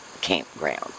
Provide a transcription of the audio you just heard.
campground